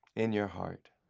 in your heart.